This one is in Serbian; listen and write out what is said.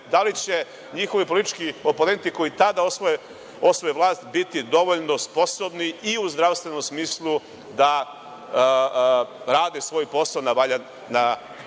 da li će njihovi politički oponenti koji tada osvoje vlast biti dovoljno sposobni i u zdravstvenom smislu da rade svoj posao na valjan